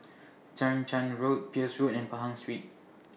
Chang Charn Road Peirce Road and Pahang Street